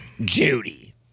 Judy